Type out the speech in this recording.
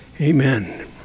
amen